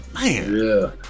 Man